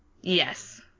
Yes